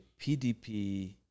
PDP